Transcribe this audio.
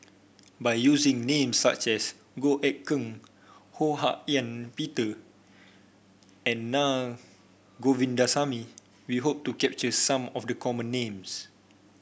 by using names such as Goh Eck Kheng Ho Hak Ean Peter and Naa Govindasamy we hope to capture some of the common names